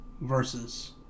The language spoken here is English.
versus